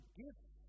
gifts